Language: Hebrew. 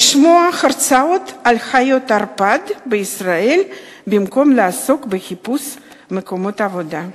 לשמוע הרצאות על חיות ערפד בישראל במקום לעסוק בחיפוש מקומות עבודה.